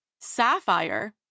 Sapphire